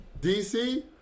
DC